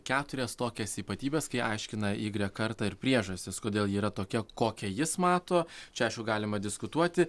keturias tokias ypatybes kai aiškina igrek kartą ir priežastis kodėl ji yra tokia kokią jis mato čia aišku galima diskutuoti